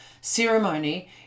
ceremony